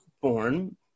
born